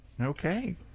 okay